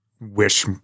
wish